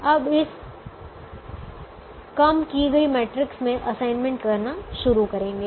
अब इस कम की गई मैट्रिक्स में असाइनमेंट करना शुरू करेंगे